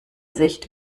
sicht